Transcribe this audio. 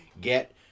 get